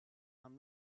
i’m